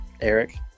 Eric